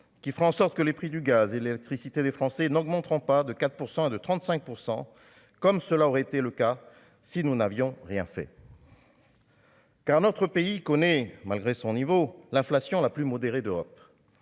qui fera en sorte que les prix du gaz et l'électricité, les Français n'augmenteront pas de 4 % et de 35 % comme cela aurait été le cas, si nous n'avions rien fait. Car notre pays connaît malgré son niveau l'inflation la plus modérée d'Europe,